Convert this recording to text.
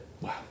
Wow